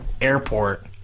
Airport